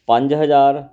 ਪੰਜ ਹਜ਼ਾਰ